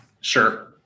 Sure